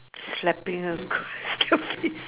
slapping her across the face